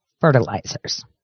fertilizers